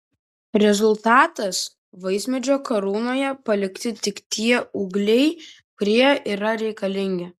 rezultatas vaismedžio karūnoje palikti tik tie ūgliai kurie yra reikalingi